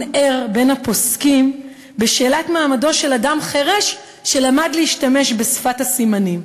ער בין הפוסקים בשאלת מעמדו של אדם חירש שלמד להשתמש בשפת הסימנים.